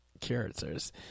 characters